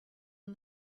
and